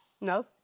No